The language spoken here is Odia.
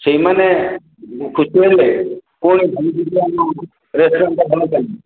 ସେଇମାନେ ଖୁସି ହେଲେ ପୁଣି ଆମ ରେଷ୍ଟୁରାଣ୍ଟ୍ଟା ଭଲ ଚାଲିବ